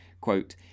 quote